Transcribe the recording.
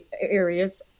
areas